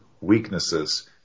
weaknesses